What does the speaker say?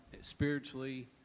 spiritually